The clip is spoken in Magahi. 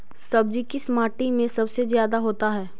सब्जी किस माटी में सबसे ज्यादा होता है?